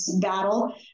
battle